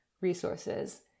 resources